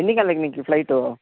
ఎన్ని గంటలకి నీకు ఫ్లైటు